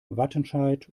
wattenscheid